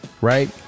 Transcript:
right